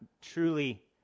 truly